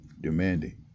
demanding